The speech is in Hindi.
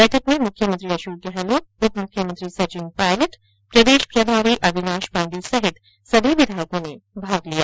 बैठक में मुख्यमंत्री अशोक गहलोत उप मुख्यमंत्री सचिन पायलट प्रदेश प्रभारी अविनाश पांडे सहित सभी विधायकों ने भाग लिया